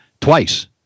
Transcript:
twice